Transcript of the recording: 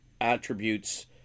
attributes